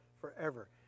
forever